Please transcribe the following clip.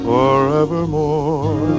Forevermore